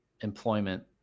employment